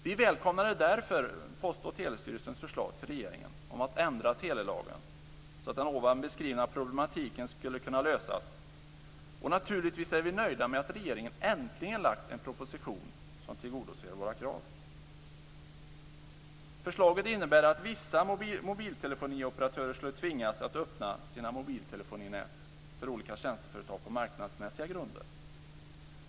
Vi välkomnade därför Post och telestyrelsens förslag till regeringen om att ändra telelagen så att den här beskrivna problematiken skulle kunna lösas, och naturligtvis är vi nöjda med att regeringen äntligen har lagt fram en proposition som tillgodoser våra krav. Förslaget innebär att vissa mobiltelefonioperatörer skulle tvingas att öppna sina mobiltelefoninät för olika tjänsteföretag på marknadsmässiga grunder.